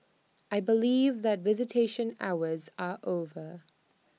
I believe that visitation hours are over